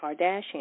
Kardashian